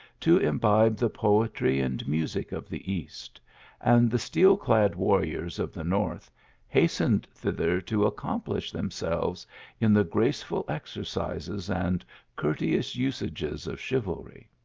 to imbibe the poetry and music of the east and the steel-clad warriors of. the north hastened thither, to accomplish themselves in the graceful exercises and courteous usages of chiv alry.